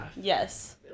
yes